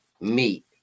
meat